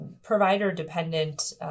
provider-dependent